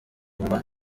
guma